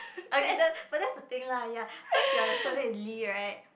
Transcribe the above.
okay that but that's the thing lah ya so if your surname is lee right